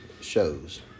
shows